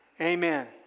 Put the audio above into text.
Amen